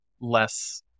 less